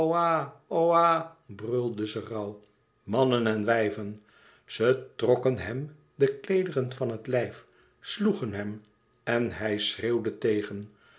oah oah brulden ze rauw mannen en wijven ze trokken hem de kleederen van het lijf sloegen hem en hij schreewde tegen